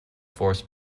forced